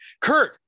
Kurt